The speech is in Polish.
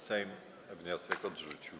Sejm wniosek odrzucił.